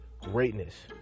greatness